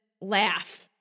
laugh